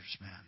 man